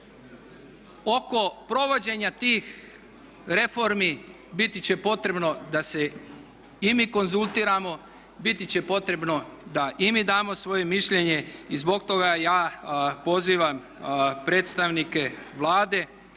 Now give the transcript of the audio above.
Oko provođenja tih reformi biti će potrebno da se i mi konzultiramo, biti će potrebno da i mi damo svoje mišljenje i zbog toga ja pozivam predstavnike Vlade,